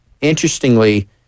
Interestingly